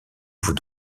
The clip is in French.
vous